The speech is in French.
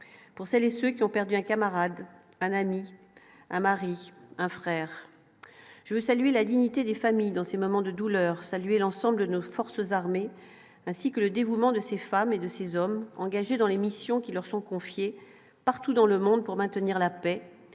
pour celles et ceux qui ont perdu un camarade, un ami, un mari, un frère, je veux saluer la dignité des familles dans ces moments de douleur, saluer l'ensemble de nos forces armées, ainsi que le dévouement de ces femmes et de ces hommes engagés dans les missions qui leur sont confiés, partout dans le monde pour maintenir la paix,